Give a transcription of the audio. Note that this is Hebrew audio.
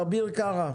אביר קארה.